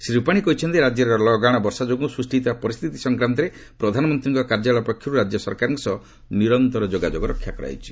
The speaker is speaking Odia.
ଶ୍ରୀ ରୁପାଣୀ କହିଛନ୍ତି ରାଜ୍ୟରେ ଲଗାଣ ବର୍ଷା ଯୋଗୁଁ ସୃଷ୍ଟି ହୋଇଥିବା ପରିସ୍ଥିତି ସଂକ୍ରାନ୍ତରେ ପ୍ରଧାନମନ୍ତ୍ରୀଙ୍କ କାର୍ଯ୍ୟାଳୟ ପକ୍ଷରୁ ରାଜ୍ୟ ସରକାରଙ୍କ ସହ ନିରନ୍ତର ଯୋଗାଯୋଗ ରଖାଯାଇଛି